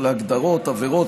עבירות,